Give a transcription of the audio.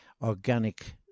organic